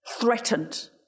threatened